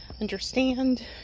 understand